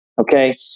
Okay